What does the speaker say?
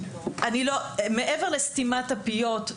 מעבר לסתימת הפיות,